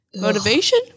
motivation